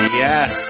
yes